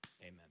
Amen